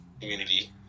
community